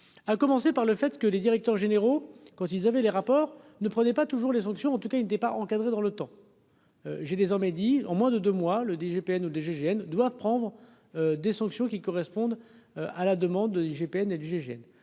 à commencer par le fait que les directeurs généraux, quand il avait les rapports ne prenait pas toujours les sanctions, en tout cas il pas encadré dans le temps, j'ai désormais dit en moins de 2 mois le DGPN ou DGGN doivent prendre des sanctions qui correspondent à la demande IGPN et l'IGGN,